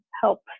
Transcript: help